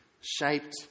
shaped